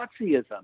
Nazism